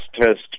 test